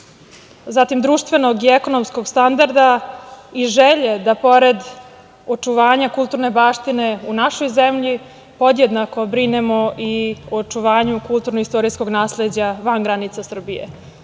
zatim društvenog i ekonomskog standarda i želje da pored očuvanja kulturne baštine u našoj zemlji podjednako brinemo i o očuvanju kulturno-istorijskog nasleđa van granica Srbije,